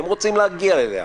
הם רוצים להגיע אליה.